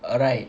alright